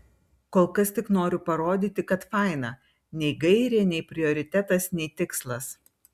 kol kas tik noriu parodyti kad faina nei gairė nei prioritetas nei tikslas